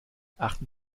achten